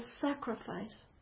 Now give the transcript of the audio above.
sacrifice